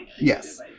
Yes